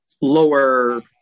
lower